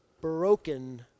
broken